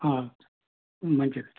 మంచిది